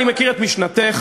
אני מכיר את משנתך,